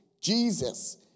Jesus